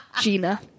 Gina